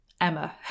Emma